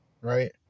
right